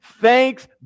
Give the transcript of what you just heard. Thanks